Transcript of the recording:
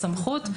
סמכות להורים.